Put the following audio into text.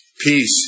Peace